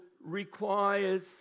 requires